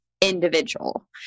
individual